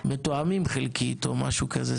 מתואמים חלקית או משהו כזה?